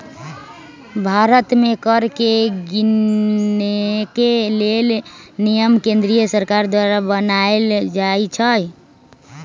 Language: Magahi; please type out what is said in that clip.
भारत में कर के गिनेके लेल नियम केंद्रीय सरकार द्वारा बनाएल जाइ छइ